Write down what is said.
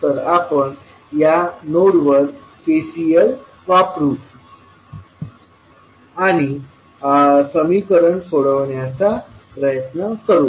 तर आपण या नोडवर KCL वापरु आणि समीकरण सोडवण्याचा प्रयत्न करू